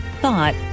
thought